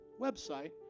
website